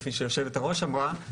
כפי שיושבת הראש אמרה,